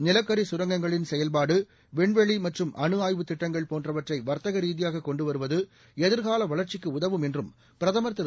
நிலக்கரி சுரங்கங்களின் செயல்பாடு விண்வெளி மற்றும் அனுஆய்வு திட்டங்கள் போன்றவற்றை வர்த்தக ரீதியாக கொண்டுவருவது எதிர்கால வளர்ச்சிக்கு உதவும் என்று பிரதமர் திரு